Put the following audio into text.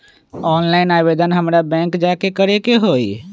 Online आवेदन हमरा bank जाके करे के होई?